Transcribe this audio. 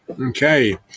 Okay